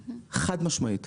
חד-משמעית,